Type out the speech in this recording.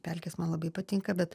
pelkės man labai patinka bet